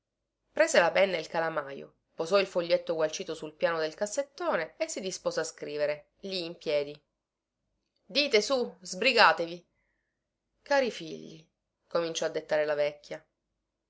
prese la penna e il calamajo posò il foglietto gualcito sul piano del cassettone e si dispose a scrivere lì in piedi dite su sbrigatevi cari figli cominciò a dettare la vecchia